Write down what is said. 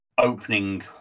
opening